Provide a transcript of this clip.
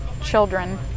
children